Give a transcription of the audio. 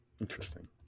interesting